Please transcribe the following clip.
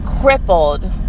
crippled